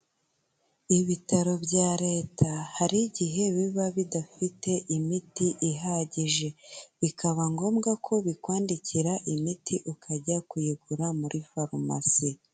Ibitaro bya leta, hari igihe biba bidafite imiti ihagije, bikaba ngombwa ko bikwandikira imiti ukajya kuyigura muri farumasi.